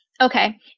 Okay